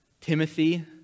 Timothy